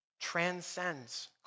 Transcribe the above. transcends